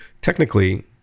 technically